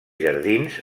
jardins